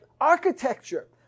architecture